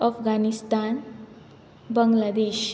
Afghanistan Bangladesh